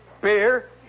beer